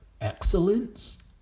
excellence